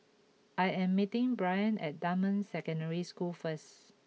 I am meeting Brion at Dunman Secondary School first